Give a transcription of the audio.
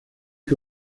que